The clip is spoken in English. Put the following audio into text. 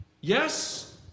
Yes